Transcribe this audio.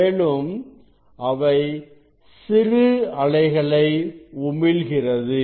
மேலும் அவை சிறுஅலைகளை உமிழ்கிறது